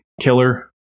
killer